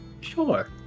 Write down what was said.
Sure